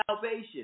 salvation